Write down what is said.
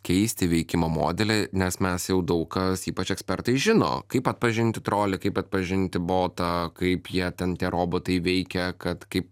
keisti veikimo modelį nes mes jau daug kas ypač ekspertai žino kaip atpažinti trolį kaip atpažinti botą kaip jie ten tie robotai veikia kad kaip